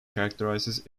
characterizes